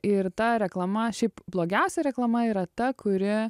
ir ta reklama šiaip blogiausia reklama yra ta kuri